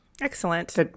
Excellent